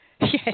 yes